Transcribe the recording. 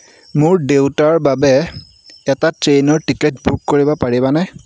মোৰ দেউতাৰ বাবে এটা ট্ৰেইনৰ টিকেট বুক কৰিব পাৰিবানে